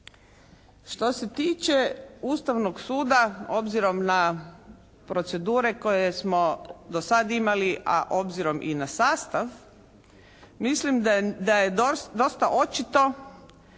Što se tiče Ustavnog suda obzirom na procedure koje smo do sad imali, a obzirom i na sastav mislim da je dosta očito